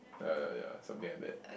ya ya ya something like that